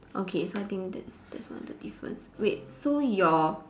okay so I think that's that's one of the difference wait so your